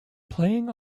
playing